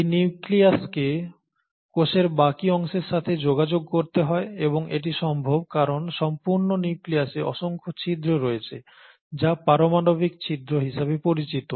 এই নিউক্লিয়াসকে কোষের বাকি অংশের সাথে যোগাযোগ করতে হয় এবং এটি সম্ভব কারণ সম্পূর্ণ নিউক্লিয়াসে অসংখ্য ছিদ্র রয়েছে যা পারমাণবিক ছিদ্র হিসাবে পরিচিত